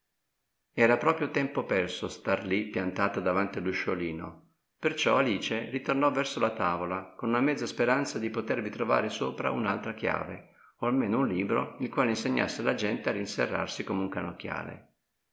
era proprio tempo perso star lì piantata davanti all'usciolino perciò alice ritornò verso la tavola con una mezza speranza di potervi trovare sopra un'altra chiave o almeno un libro il quale insegnasse alla gente a riserrarsi come un